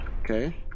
Okay